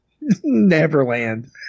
neverland